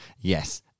Yes